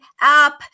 app